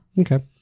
Okay